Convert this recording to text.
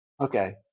Okay